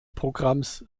programms